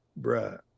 bruh